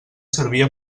servia